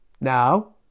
now